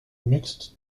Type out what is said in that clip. mixed